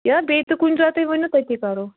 یا بییٚہِ تہِ کُنہِ جایہِ تُہۍ ؤنو تٔتی کَرو